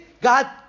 God